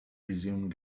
resume